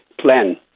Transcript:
plan